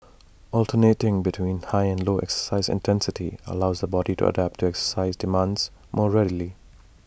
alternating between high and low exercise intensity allows the body to adapt to exercise demands more readily